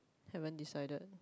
haven't decided